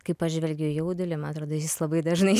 kaip aš žvelgiu į jaudulį man atrodo jis labai dažnai